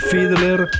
Fiddler